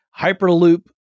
Hyperloop